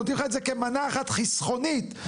אנחנו נותנים לך את זה כמנה אחת חסכוני ולא